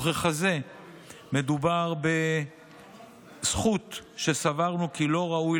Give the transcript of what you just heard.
וככזה מדובר בזכות שסברנו כי לא ראוי